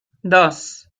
dos